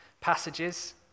passages